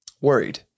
worried